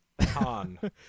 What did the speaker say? Han